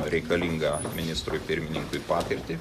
reikalingą ministrui pirmininkui patirtį